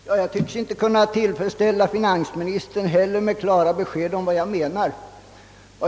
Herr talman! Jag tycks inte heller kunna tillfredsställa finansministern med klara besked om vad jag menar.